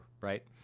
right